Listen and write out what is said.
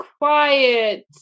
quiet